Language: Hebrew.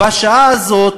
בשעה הזאת,